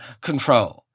control